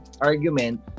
argument